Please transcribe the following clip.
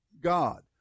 God